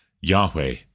Yahweh